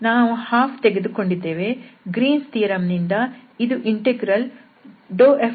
ನಾವು 12ತೆಗೆದುಕೊಂಡಿದ್ದೇವೆ Green's theorem Green's theorem ನಿಂದ ಇದು ಇಂಟೆಗ್ರಲ್ F2∂x F1∂ydxdy